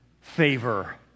favor